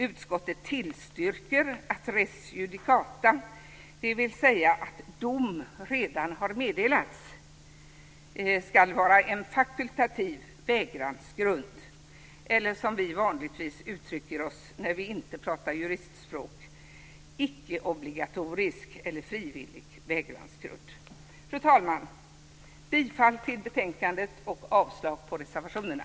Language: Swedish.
Utskottet tillstyrker att res judicata, dvs. att dom redan har meddelats, ska vara en fakultativ vägransgrund eller, som vi vanligtvis uttrycker oss när vi inte pratar juristspråk, icke obligatorisk eller frivillig vägransgrund. Fru talman! Jag yrkar bifall till hemställan i betänkandet och avslag på reservationerna.